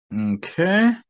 Okay